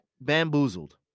bamboozled